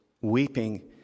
weeping